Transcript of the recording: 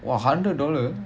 !wah! hundred dollar